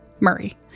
Murray